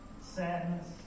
sadness